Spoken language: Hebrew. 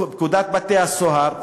פקודת בתי-הסוהר,